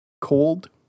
cold